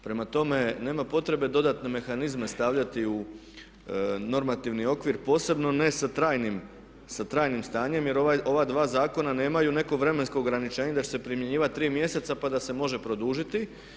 Prema tome, nema potrebe dodatne mehanizme stavljati u normativni okvir posebno ne sa trajnim stanjem, jer ova dva zakona nemaju neko vremensko ograničenje da će se primjenjivati tri mjeseca pa da se može produžiti.